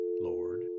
Lord